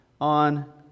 on